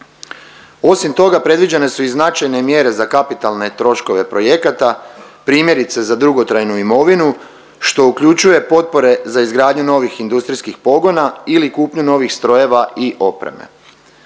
Osim toga, predviđene su i značajne mjere za kapitalne troškove projekata primjerice za dugotrajnu imovinu što uključuje potpore za izgradnju novih industrijskih pogona ili kupnju novih strojeva i opreme.